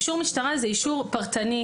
אישור משטרה הוא אישור פרטני.